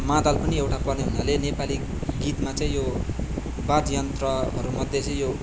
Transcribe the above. मादल पनि एउटा पर्ने हुनाले नेपाली गीतमा चाहिँ यो वाद्ययन्त्रहरू मध्ये चाहिँ यो